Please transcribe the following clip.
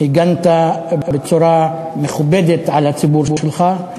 הגנת בצורה מכובדת על הציבור שלך.